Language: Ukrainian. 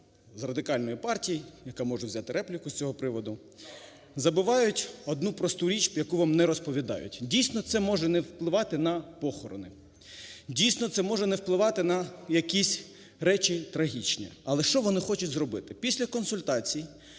з Радикальної партії, яка може взяти репліку з цього приводу, забувають одну просту річ, яку вам не розповідають, дійсно, це може не впливати на похорони, дійсно, це може не впливати на якісь речі трагічні. Але що вони хочуть зробити? Після консультації